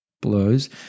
blows